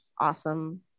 awesome